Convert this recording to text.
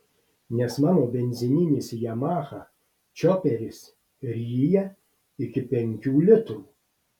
nes mano benzininis yamaha čioperis ryja iki penkių litrų